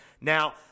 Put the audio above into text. Now –